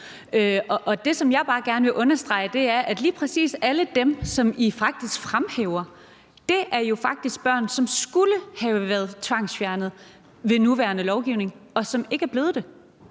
Det, som jeg bare gerne vil understrege, er, at lige præcis alle dem, som I faktisk fremhæver, jo faktisk er børn, som skulle have været tvangsfjernet under nuværende lovgivning, men ikke er blevet det.